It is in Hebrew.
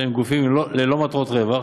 שהם גופים ללא מטרות רווח